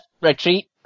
retreat